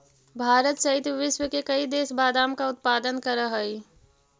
भारत सहित विश्व के कई देश बादाम का उत्पादन करअ हई